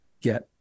get